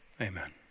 Amen